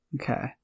Okay